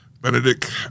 Benedict